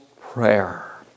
prayer